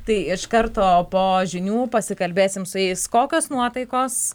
tai iš karto po žinių pasikalbėsim su jais kokios nuotaikos